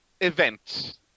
event